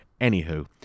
Anywho